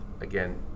again